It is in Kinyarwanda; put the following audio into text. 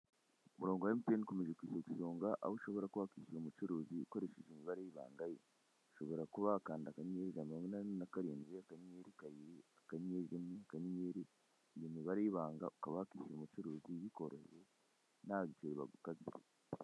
Umurongo wa mtn ukomeje kuza ku isonga aho ushobora kuba wakishyura umucuruzi ukoresheje imibare y' ibanga ye, ushobora kuba wakanda akanyenyeri ,ijana na mirongo inani na karindwi , akanyenyeri kabiri, akanyenyeri rimwe akanyenyeri iyo mibare y' ibanga ukaba wakoherereza umucuruzi bikoroheye, nta biceri bagukata.